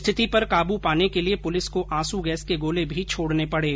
स्थिति पर काबू पर पाने के लिए पुलिस को आंसू गैस के गोले भी छोडने पडे